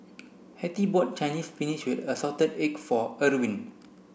Hettie bought Chinese spinach with assorted eggs for Erving